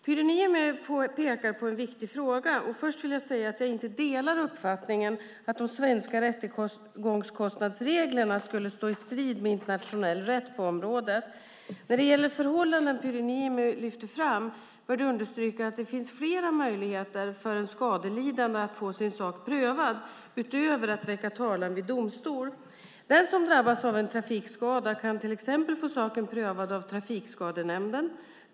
Pyry Niemi pekar på en viktig fråga. Först vill jag dock säga att jag inte delar uppfattningen att de svenska rättegångskostnadsreglerna skulle stå i strid med internationell rätt på området. När det gäller de förhållanden Pyry Niemi lyfter fram bör det understrykas att det finns flera möjligheter för en skadelidande att få sin sak prövad, utöver att väcka talan vid domstol. Den som drabbats av en trafikskada kan till exempel få saken prövad av Trafikskadenämnden.